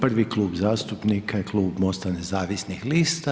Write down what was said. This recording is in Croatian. Prvi klub zastupnika je Klub Mosta nezavisnih lista.